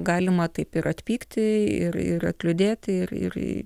galima taip ir atpykti ir ir atliūdėti ir ir